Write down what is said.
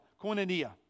koinonia